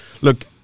Look